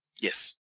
Yes